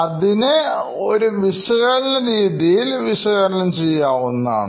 അതിനൊരു വിശകലന രീതിയിൽ വിശകലനംചെയ്യാവുന്നതാണ്